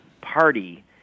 Party